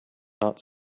not